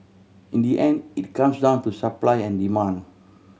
in the end it comes down to supply and demand